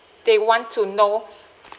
they want to know